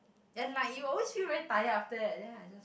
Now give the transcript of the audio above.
and like you always feel very tired after that then I just